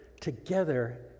together